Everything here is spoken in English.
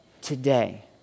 today